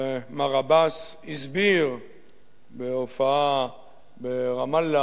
מר עבאס הסביר בהופעה ברמאללה